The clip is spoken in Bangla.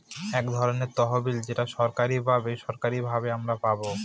এক ধরনের তহবিল যেটা সরকারি বা বেসরকারি ভাবে আমারা পাবো